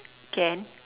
can